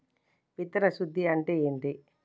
విత్తన శుద్ధి అంటే ఏంటి?